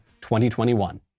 2021